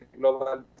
global